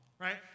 Right